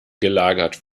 gelagert